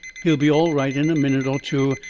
he'll be all right in a minute or two.